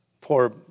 Poor